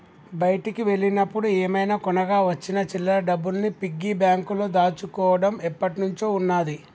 బయటికి వెళ్ళినప్పుడు ఏమైనా కొనగా వచ్చిన చిల్లర డబ్బుల్ని పిగ్గీ బ్యాంకులో దాచుకోడం ఎప్పట్నుంచో ఉన్నాది